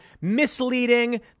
misleading